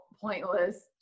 pointless